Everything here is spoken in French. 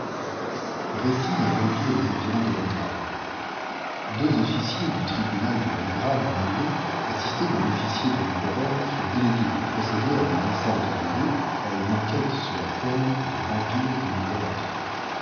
d'un vampire des environs de belgrade deux officiers du tribunal de belgrade en hongrie assistés d'un officier de l'empereur furent délégués pour procéder à une descente de lieux et à une enquête sur la scène de vampire que nous